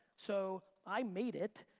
so i made it,